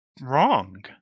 wrong